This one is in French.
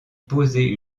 poser